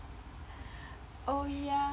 oh ya